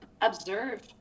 observe